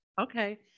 Okay